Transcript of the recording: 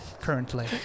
currently